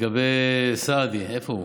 לגבי סעדי, איפה הוא?